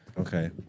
Okay